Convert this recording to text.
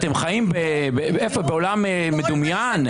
אתם חיים בעולם מדומיין?